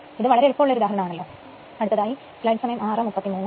ഇത് വളരെ എളുപ്പം ഉള്ളൊരു ഉദാഹരണം ആയിരുന്നലോ